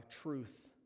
truth